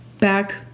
Back